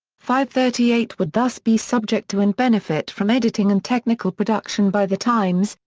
fivethirtyeight would thus be subject to and benefit from editing and technical production by the times,